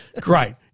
Great